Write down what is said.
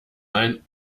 ein